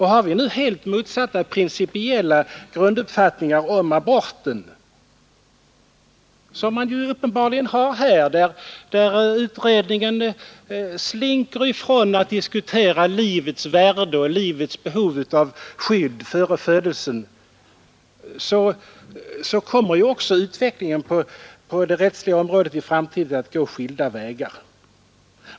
Har vi nu helt motsatta principiella grunduppfattningar om aborter — det har vi uppenbarligen; utredningen slinker ifrån en diskussion om livets värde och behovet av ett skydd för livet före födelsen — kommer också utvecklingen på det rättsliga området i framtiden att gå skilda vägar.